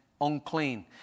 unclean